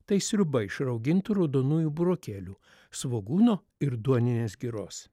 tai sriuba iš raugintų raudonųjų burokėlių svogūno ir duoninės giros